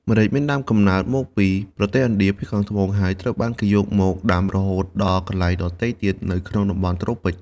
ម្រេចមានដើមកំណើត មកពីប្រទេសឥណ្ឌាភាគខាងត្បូង ហើយត្រូវបានគេយកមក ដាំរហូតដល់កន្លែងដទៃទៀតនៅក្នុងតំបន់ត្រូពិក។